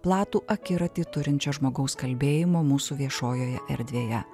platų akiratį turinčio žmogaus kalbėjimo mūsų viešojoje erdvėje